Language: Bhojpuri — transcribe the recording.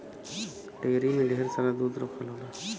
डेयरी में ढेर सारा दूध रखल होला